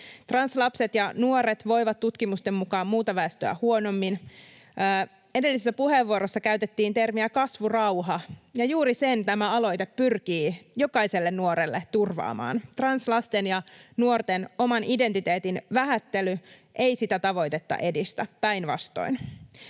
Translapset ja -nuoret voivat tutkimusten mukaan muuta väestöä huonommin. Edellisessä puheenvuorossa käytettiin termiä ”kasvurauha”, ja juuri sen tämä aloite pyrkii jokaiselle nuorelle turvaamaan. Translasten ja -nuorten oman identiteetin vähättely ei sitä tavoitetta edistä, päinvastoin.